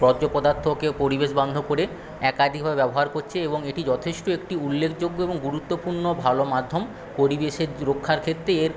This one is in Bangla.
বর্জ্য পদার্থকে পরিবেশ বান্ধব করে একাধিকভাবে ব্যবহার করছে এবং এটি যথেষ্ট একটি উল্লেখযোগ্য এবং গুরুত্বপূর্ণ ভালো মাধ্যম পরিবেশের রক্ষার ক্ষেত্রে এর